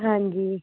ਹਾਂਜੀ